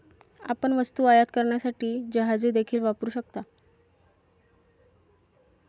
आपण वस्तू आयात करण्यासाठी जहाजे देखील वापरू शकता